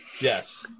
Yes